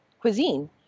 cuisine